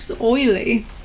oily